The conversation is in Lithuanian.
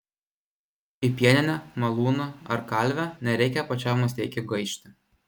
į pieninę malūną ar kalvę nereikia pačiam musteikiui gaišti